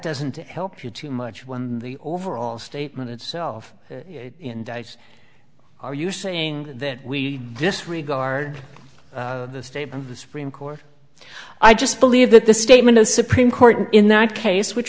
doesn't help you too much when the overall statement itself are you saying that we disregard the state of the supreme court i just believe that the statement the supreme court in that case which